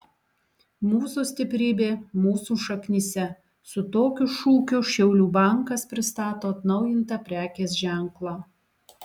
mūsų stiprybė mūsų šaknyse su tokiu šūkiu šiaulių bankas pristato atnaujintą prekės ženklą